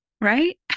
right